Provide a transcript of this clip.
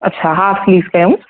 अच्छा हा स्लीव्स कयूं